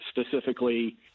specifically